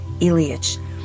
Ilyich